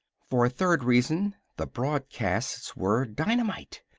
for a third reason, the broadcasts were dynamite.